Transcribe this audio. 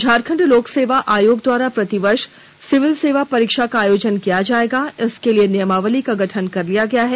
झारखंड लोक सेवा आयोग द्वारा प्रतिवर्ष सिविल सेवा परीक्षा का आयोजन किया जायेगा इसके लिए नियमावली का गठन कर लिया गया है